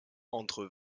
entre